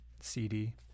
CD